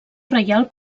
reial